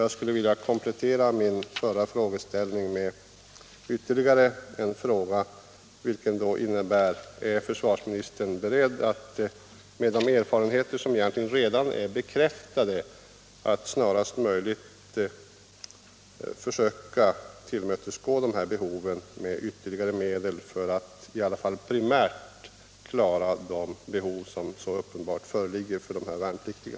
Jag skulle vilja komplettera min förra frågeställning med ytterligare en fråga: Är försvarsministern beredd, med de erfarenheter som egentligen redan är bekräftade, att snarast möjligt försöka tillmötesgå önskemålen om ytterligare medel för att i alla fall primärt tillgodose de behov som så uppenbart föreligger för dessa värnpliktiga?